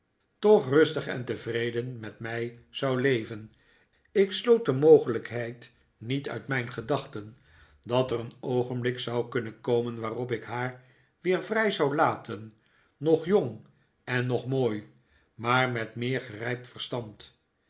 toch rustig en tevreden met mij zou leven ik sloot de mogelijkheid niet uit mijn gedachten dat er een oogenblik zou kunnen komen waarop ik haar weer vrij zou laten nog jong en nog mooi maar met een meer gerijpt verstand